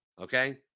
Okay